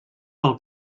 pel